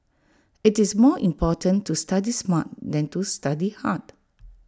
IT is more important to study smart than to study hard